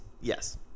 Yes